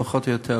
פחות או יותר,